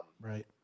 right